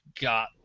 got